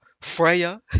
Freya